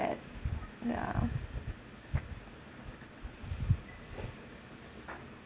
ya